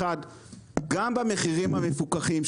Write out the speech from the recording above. גם במחירים המפוקחים,